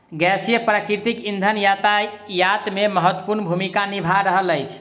गैसीय प्राकृतिक इंधन यातायात मे महत्वपूर्ण भूमिका निभा रहल अछि